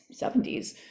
70s